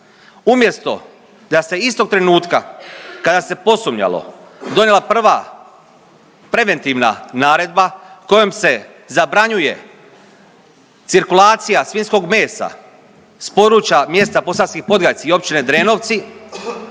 Umjesto da se istog trenutka kada se posumnjalo donijela prva preventivna naredba kojom se zabranjuje cirkulacija svinjskog mesa s područja mjesta Posavski Podgajci i općine Drenovci